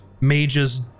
mages